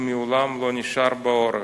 הוא מעולם לא נשאר בעורף.